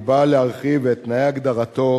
היא באה להרחיב את תנאי הגדרתו